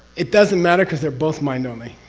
it doesn't matter because they're both mind-only,